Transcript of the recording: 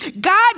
God